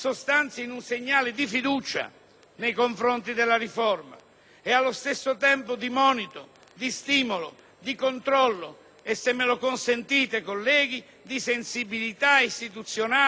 e, allo stesso tempo, di monito, stimolo e controllo e - se me lo consentite, colleghi - di sensibilità istituzionale verso una riforma cardine per l'ordinamento italiano.